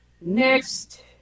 Next